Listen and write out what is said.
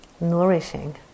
nourishing